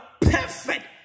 perfect